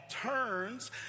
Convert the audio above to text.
turns